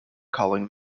calling